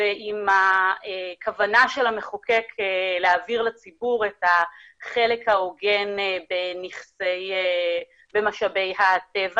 ועם כוונת המחוקק להעביר לציבור את החלק ההוגן במשאבי הטבע.